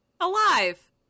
Alive